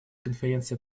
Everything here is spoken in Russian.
конференция